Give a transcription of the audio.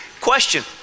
Question